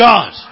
God